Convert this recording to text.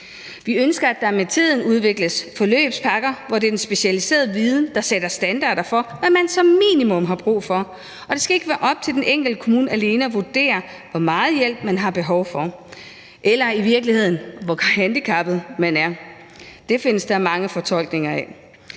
Vi ønsker, at der med tiden udvikles forløbspakker, hvor det er den specialiserede viden, der sætter standarder for, hvad man som minimum har brug for, og det skal ikke være op til den enkelte kommune alene at vurdere, hvor meget hjælp man har behov for, eller i virkeligheden, hvor handicappet man er. Det findes der mange fortolkninger af.